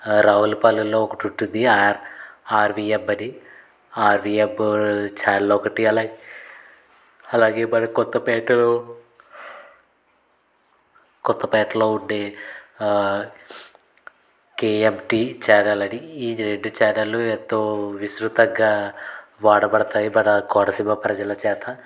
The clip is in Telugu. రావులపాలెంలో ఒకటి ఉంటుంది ఆర్వీఎం అని ఆర్వీఎం ఛానల్ ఒకటి అలాగే అలాగే మన కొత్తపేటలో కొత్తపేటలో ఉండే కేఎంటి ఛానల్ అని ఈ రెండు ఛానల్లు ఎంతో విస్తృతంగా వాడబడతాయి మన కోనసీమ ప్రజల చేత